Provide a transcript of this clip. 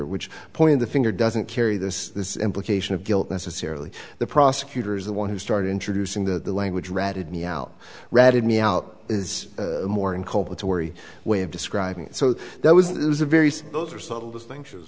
which point the finger doesn't carry this this implication of guilt necessarily the prosecutor is the one who started introducing the language ratted me out ratted me out is more inculpatory way of describing it so that was it was a very see those are subtle distinctions